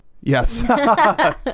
Yes